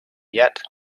yet